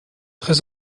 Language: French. très